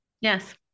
Yes